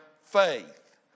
faith